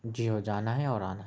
جی ہاں جانا ہے اور آنا ہے